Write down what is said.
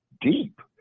deep